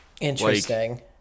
Interesting